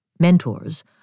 Mentors